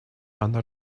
она